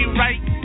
right